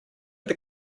did